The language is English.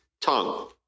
tongue